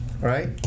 right